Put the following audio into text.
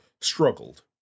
struggled